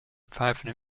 pfeifen